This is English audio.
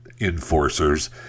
enforcers